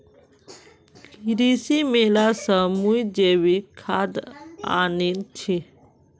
कृषि मेला स मुई जैविक खाद आनील छि